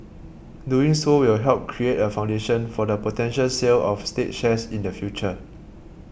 doing so will help create a foundation for the potential sale of state shares in the future